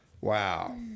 Wow